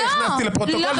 הכנסתי לפרוטוקול.